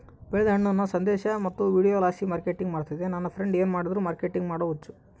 ಬೆಳೆದ ಹಣ್ಣನ್ನ ಸಂದೇಶ ಮತ್ತು ವಿಡಿಯೋಲಾಸಿ ಮಾರ್ಕೆಟಿಂಗ್ ಮಾಡ್ತಿದ್ದೆ ನನ್ ಫ್ರೆಂಡ್ಸ ಏನ್ ಮಾಡಿದ್ರು ಮಾರ್ಕೆಟಿಂಗ್ ಮಾಡೋ ಹುಚ್ಚು